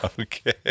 Okay